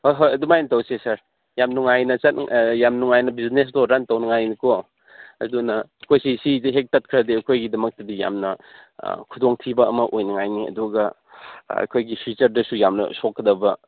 ꯍꯣꯏ ꯍꯣꯏ ꯑꯗꯨꯃꯥꯏ ꯇꯧꯁꯦ ꯁꯥꯔ ꯌꯥꯝ ꯅꯨꯡꯉꯥꯏꯅ ꯌꯥꯝ ꯅꯨꯡꯉꯥꯏꯅ ꯕꯤꯖꯤꯅꯦꯁꯇꯣ ꯔꯟ ꯇꯧꯅꯤꯡꯉꯥꯏꯒꯤꯅꯤꯀꯣ ꯑꯗꯨꯅ ꯑꯩꯈꯣꯏꯁꯤ ꯁꯤꯗ ꯍꯦꯛ ꯇꯠꯈ꯭ꯔꯗꯤ ꯑꯩꯈꯣꯏꯒꯤꯗꯃꯛꯇꯗꯤ ꯌꯥꯝꯅ ꯈꯨꯗꯣꯡ ꯊꯤꯕ ꯑꯃ ꯑꯣꯏꯅꯤꯡꯉꯥꯏꯅꯤ ꯑꯗꯨꯒ ꯑꯩꯈꯣꯏꯒꯤ ꯐꯤꯆꯔꯗꯁꯨ ꯌꯥꯝꯅ ꯁꯣꯛꯀꯗꯕ